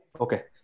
Okay